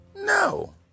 No